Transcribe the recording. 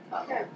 Okay